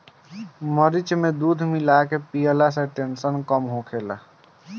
मरीच के दूध में मिला के पियला से टेंसन कम होखेला